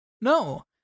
No